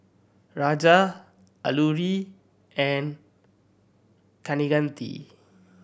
Raja Alluri and Kaneganti